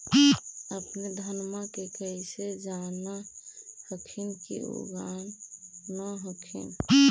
अपने धनमा के कैसे जान हखिन की उगा न हखिन?